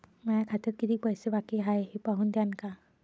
माया खात्यात कितीक पैसे बाकी हाय हे पाहून द्यान का?